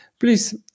please